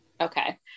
Okay